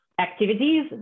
activities